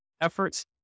efforts